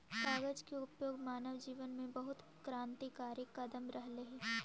कागज के उपयोग मानव जीवन में बहुत क्रान्तिकारी कदम रहले हई